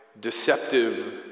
deceptive